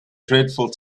dreadful